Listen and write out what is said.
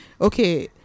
okay